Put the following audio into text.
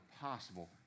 possible